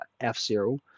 F-Zero